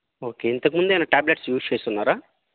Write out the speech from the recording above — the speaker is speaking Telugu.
ఓకే ఇంతకముందు ఏమైనా టాబ్లెట్స్ యూజ్ చేసున్నారా